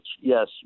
yes